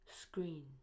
Screen